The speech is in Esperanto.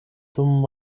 dum